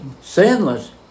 sinless